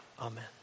Amen